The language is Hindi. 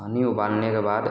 पानी उबालने के बाद